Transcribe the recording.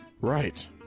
Right